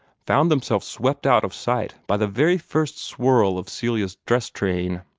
found themselves swept out of sight by the very first swirl of celia's dress-train,